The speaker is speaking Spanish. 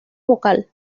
vocal